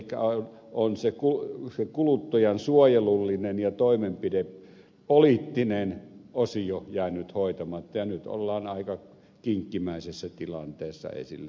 elikkä on se kuluttajansuojelullinen ja toimenpidepoliittinen osio jäänyt hoitamatta ja nyt ollaan aika kinkkimäisessä tilanteessa ei sille voi mitään